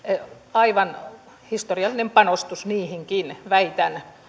aivan historiallinen panostus niihinkin väitän